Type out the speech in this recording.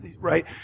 right